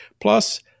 plus